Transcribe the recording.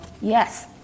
yes